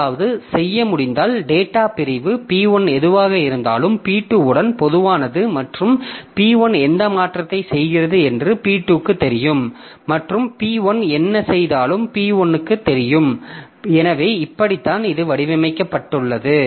ஏதாவது செய்ய முடிந்தால் டேட்டா பிரிவு P1 எதுவாக இருந்தாலும் P2 உடன் பொதுவானது மற்றும் P1 எந்த மாற்றத்தை செய்கிறது என்று P2 க்கு தெரியும் மற்றும் பி 1 என்ன செய்தாலும் பி 1 க்கு தெரியும் எனவே இப்படித்தான் இது வடிவமைக்கப்பட்டது